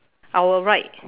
our right